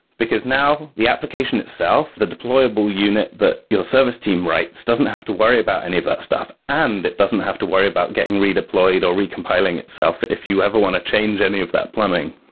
because now the application itself, the deployable unit that your service team writes doesn't have to worry about any of that stuff and it doesn't have to worry about getting redeployed or recompiling itself if you ever want to change any of that plumbing.